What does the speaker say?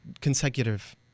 consecutive